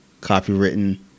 copywritten